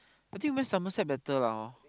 I think we went Somerset better lah hor